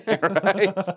Right